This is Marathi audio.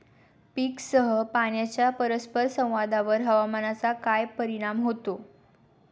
पीकसह पाण्याच्या परस्पर संवादावर हवामानाचा काय परिणाम होतो?